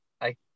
I